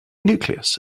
nucleus